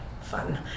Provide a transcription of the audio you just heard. fun